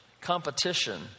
competition